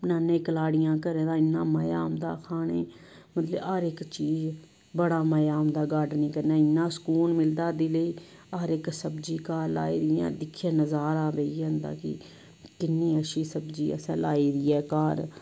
बनान्ने कलाड़ियां घरै दा इ'न्ना मजा औंदा खाने गी मतलब हर इक चीज बड़ा मजा औंदा गार्डनिग करने दा इन्ना सकून मिलदा दिलै गी हर इक सब्जी घर लाई दी इयां दिक्खियै नजारा आई जंदा कि किन्नी अच्छी सब्जी असें लाई दी ऐ घर